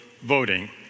voting